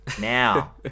Now